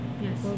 yes